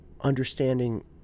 understanding